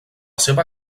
seva